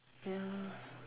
ya